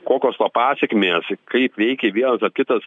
kokios to pasekmės kaip veikia vėl kitas